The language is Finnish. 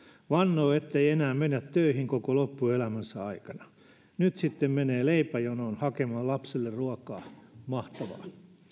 vannoo ettei enää mene töihin koko loppuelämänsä aikana nyt sitten menee leipäjonoon hakemaan lapsille ruokaa mahtavaa